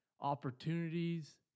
Opportunities